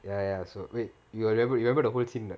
ya ya so wait you got remember remember the whole scene not